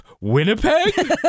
Winnipeg